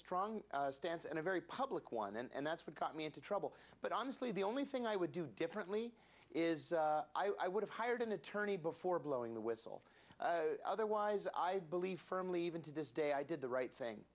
strong stance and a very public one and that's what got me into trouble but honestly the only thing i would do differently is i would have hired an attorney before blowing the whistle otherwise i believe firmly even to this day i did the right thing